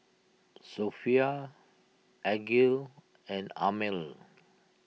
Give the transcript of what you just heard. Sofea Aqil and Ammir